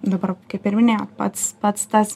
dabar kaip ir minėjo pats pats tas